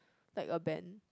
like a band